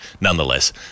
Nonetheless